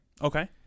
Okay